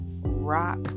rock